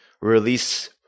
release